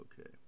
Okay